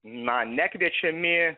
na nekviečiami